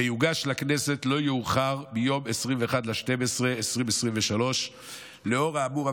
ויוגש לכנסת לא יאוחר מיום 21 בדצמבר 2023. לאור האמור,